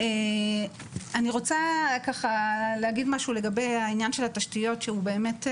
אני רוצה להגיד משהו לגבי העניין של התשתיות שהוא באמת,